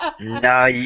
No